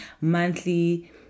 monthly